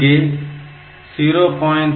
இங்கே 0